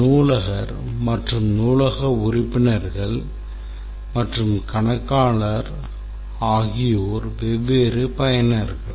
நூலகர் மற்றும் நூலக உறுப்பினர்கள் மற்றும் கணக்காளர் ஆகியோர் வெவ்வேறு பயனர்கள்